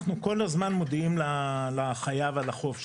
אנחנו מודיעים כל הזמן לחייב על החוב שלו.